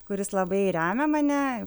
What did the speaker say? kuris labai remia mane